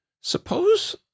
suppose